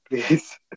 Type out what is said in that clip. please